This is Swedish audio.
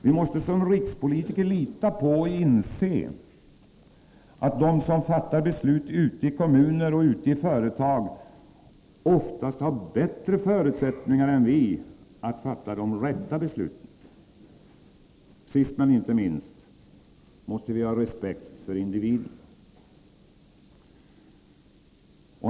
Vi måste som rikspolitiker lita på och inse att de som fattar beslut ute i kommuner och företag oftast har bättre förutsättningar än vi att fatta de rätta besluten. Sist men inte minst måste vi ha respekt för individen.